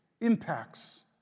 impacts